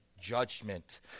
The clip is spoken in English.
judgment